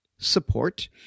Support